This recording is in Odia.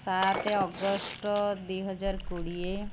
ସାତ ଅଗଷ୍ଟ ଦୁଇହଜାର କୋଡ଼ିଏ